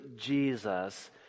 Jesus